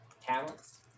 talents